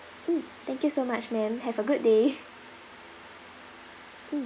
mm thank you so much ma'am have a good day mm